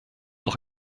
doch